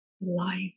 life